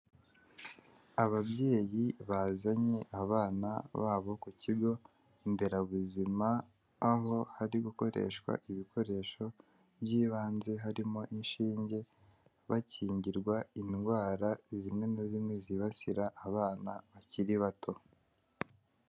Ababyeyi bazanye abana babo ku kigo nderabuzima aho hari gukoreshwa ibikoresho by'ibanze, harimo inshinge bakingirwa indwara zimwe na zimwe zibasira abana bakiri bato.